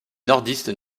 nordistes